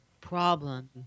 problem